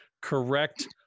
correct